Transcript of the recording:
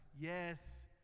Yes